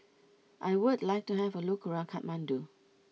I would like to have a look around Kathmandu